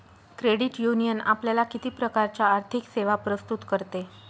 Credit union आपल्याला किती प्रकारच्या आर्थिक सेवा प्रस्तुत करते?